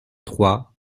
trois